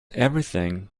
everything